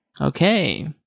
Okay